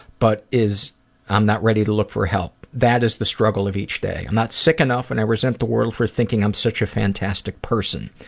but i'm not ready to look for help. that is the struggle of each day. i'm not sick enough, and i resent the world for thinking i'm such a fantastic person.